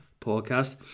podcast